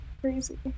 Crazy